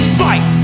fight